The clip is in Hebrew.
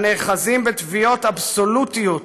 הנאחזים בתביעות אבסולוטיוּת,